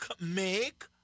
make